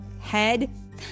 head